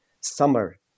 summer